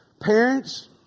Parents